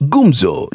Gumzo